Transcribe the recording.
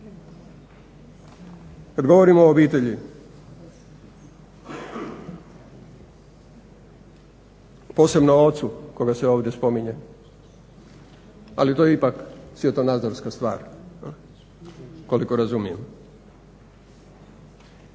Kada govorimo o obitelji posebno o ocu koji se ovdje spominje ali to je ipak svjetonazorska stvar koliko razumijem,